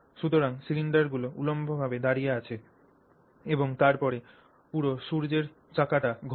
সুতরাং সিলিন্ডারগুলি উল্লম্বভাবে দাঁড়িয়ে আছে এবং তারপরে পুরো সূর্যের চাকাটি ঘোরে